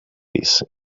this